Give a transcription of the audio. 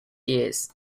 years